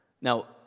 Now